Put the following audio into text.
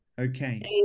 okay